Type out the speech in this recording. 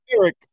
Eric